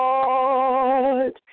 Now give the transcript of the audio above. Lord